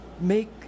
make